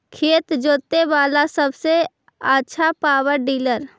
खेत जोते बाला सबसे आछा पॉवर टिलर?